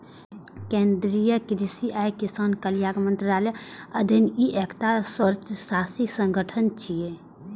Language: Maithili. केंद्रीय कृषि आ किसान कल्याण मंत्रालयक अधीन ई एकटा स्वायत्तशासी संगठन छियै